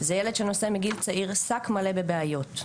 זה ילד שנושא מגיל צעיר שק מלא בבעיות,